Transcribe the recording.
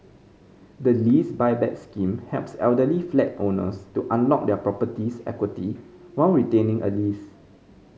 the Lease Buyback Scheme helps elderly flat owners to unlock their property's equity while retaining a lease